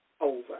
over